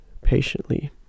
patiently